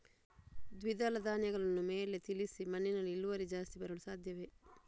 ದ್ವಿದಳ ಧ್ಯಾನಗಳನ್ನು ಮೇಲೆ ತಿಳಿಸಿ ಮಣ್ಣಿನಲ್ಲಿ ಇಳುವರಿ ಜಾಸ್ತಿ ಬರಲು ಸಾಧ್ಯವೇ?